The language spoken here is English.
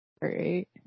Great